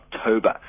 October